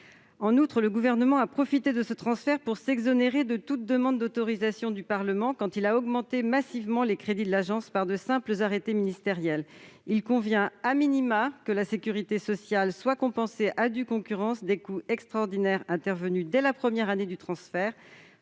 En outre, le Gouvernement a profité de ce transfert pour s'exonérer de toute demande d'autorisation du Parlement quand il a augmenté massivement les crédits de l'Agence par de simples arrêtés ministériels. Il convient que la sécurité sociale soit compensée à due concurrence des coûts extraordinaires intervenus dès la première année du transfert.